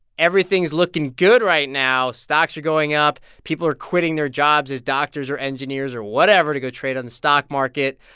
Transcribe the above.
everything's looking good right now. stocks are going up. people are quitting their jobs as doctors or engineers or whatever to go trade on the stock market.